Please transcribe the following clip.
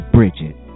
Bridget